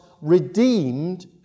redeemed